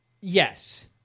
Yes